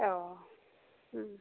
औ